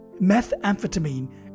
methamphetamine